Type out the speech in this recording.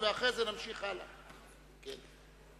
כשמם כן הם, דקה.